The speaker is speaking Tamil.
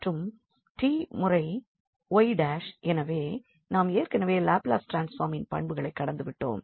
மற்றும் 𝑡 முறை 𝑦′ எனவே நாம் ஏற்கனவே லாப்லஸ் ட்ரான்ஸ்ஃபார்மின் பண்புகளைக் கடந்துவிட்டோம்